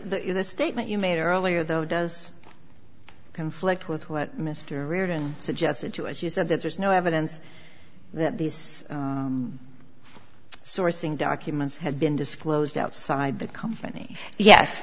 the statement you made earlier though does conflict with what mr reardon suggested to us you said that there's no evidence that these sourcing documents had been disclosed outside the company yes